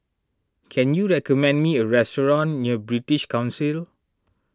can you recommend me a restaurant near British Council